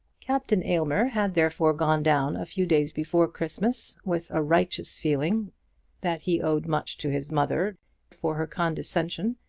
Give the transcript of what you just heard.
captain aylmer had therefore gone down a few days before christmas, with a righteous feeling that he owed much to his mother for her condescension,